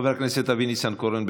חבר הכנסת אבי ניסנקורן,